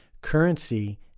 currency